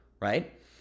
right